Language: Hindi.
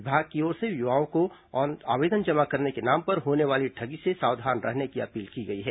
विभाग की ओर से युवाओं को आवेदन जमा करने के नाम पर होने वाले ठगी से सावधान रहने की अपील की गई है